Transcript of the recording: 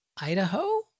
Idaho